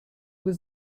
was